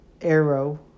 Arrow